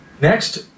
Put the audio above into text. Next